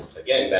again,